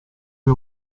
che